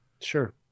Sure